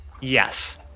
Yes